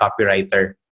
copywriter